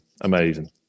amazing